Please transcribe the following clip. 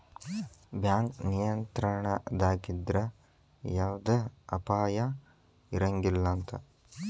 bank ನಿಯಂತ್ರಣದಾಗಿದ್ರ ಯವ್ದ ಅಪಾಯಾ ಇರಂಗಿಲಂತ್